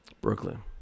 Brooklyn